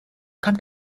kommt